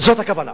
זאת הכוונה.